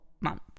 month